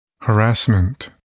Harassment